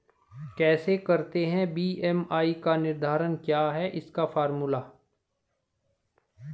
कैसे करते हैं बी.एम.आई का निर्धारण क्या है इसका फॉर्मूला?